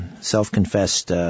self-confessed